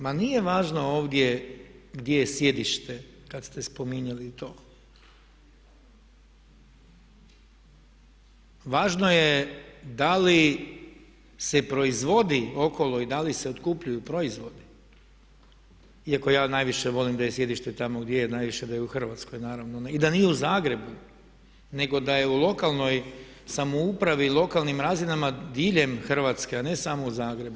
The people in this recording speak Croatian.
Ma nije važno ovdje gdje je sjedište, kad ste spominjali to, važno je da li se proizvodi okolo i da li se otkupljuju proizvodi iako ja najviše volim da je sjedište tamo gdje je najviše da je u Hrvatskoj i da nije u Zagrebu, nego da je u lokalnoj samoupravi, lokalnim razinama diljem Hrvatske a ne samo u Zagrebu.